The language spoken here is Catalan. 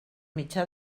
mitjà